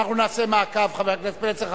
אנחנו נעשה מעקב, חבר הכנסת פלסנר.